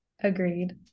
Agreed